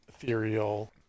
ethereal